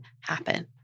happen